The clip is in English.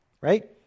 right